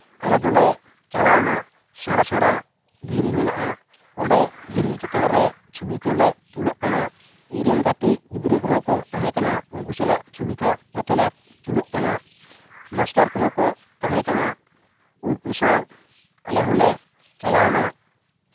ᱟᱞᱮ ᱫᱚᱞᱮ ᱪᱟᱞᱟᱣᱱᱟ ᱥᱮᱬᱟ ᱥᱮᱬᱟ ᱫᱷᱤᱨᱤ ᱢᱮᱱᱟᱼᱟ ᱚᱸᱰᱮ ᱫᱷᱤᱨᱤ ᱪᱮᱛᱟᱱ ᱨᱮ ᱪᱷᱚᱵᱤ ᱠᱚᱞᱮ ᱛᱩᱞᱟᱹᱜ ᱠᱟᱱᱟ ᱤᱧ ᱨᱮᱱ ᱜᱟᱛᱮ ᱜᱤᱫᱽᱨᱟᱹ ᱠᱚᱦᱚᱸ ᱠᱚ ᱛᱟᱦᱮᱸ ᱠᱟᱱᱟ ᱩᱱᱠᱩ ᱥᱟᱞᱟᱜ ᱪᱷᱚᱵᱤ ᱠᱚ ᱡᱚᱛᱚᱞᱮ ᱛᱩᱞᱟᱹᱜ ᱠᱟᱱᱟ ᱢᱟᱥᱴᱟᱨ ᱠᱚᱦᱚᱸ ᱠᱚ ᱛᱟᱦᱮᱸ ᱠᱟᱱᱟ ᱩᱱᱠᱩ ᱥᱟᱶ ᱟᱞᱮ ᱦᱚᱸᱞᱮ ᱪᱟᱞᱟᱣᱱᱟ